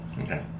Okay